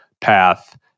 path